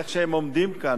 איך שהם עומדים כאן,